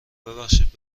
ببخشید